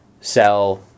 sell